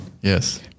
Yes